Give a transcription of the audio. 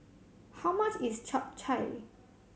how much is Chap Chai